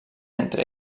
entre